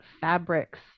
fabrics